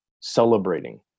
celebrating